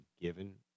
given